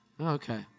Okay